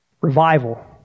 Revival